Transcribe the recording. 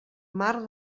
mar